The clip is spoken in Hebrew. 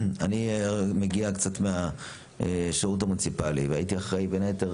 אני מגיע מהשירות המוניציפאלי והייתי אחראי בין היתר